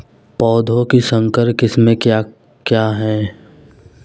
पौधों की संकर किस्में क्या क्या हैं?